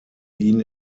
ihn